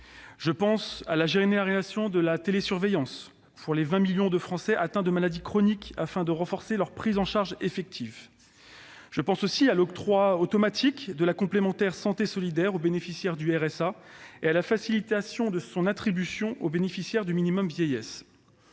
également à la généralisation de la télésurveillance pour les 20 millions de Français atteints de maladies chroniques, afin de renforcer la prise en charge effective de ces patients, ainsi qu'à l'octroi automatique de la complémentaire santé solidaire aux bénéficiaires du revenu de solidarité active (RSA) et à la simplification de son attribution aux bénéficiaires du minimum vieillesse.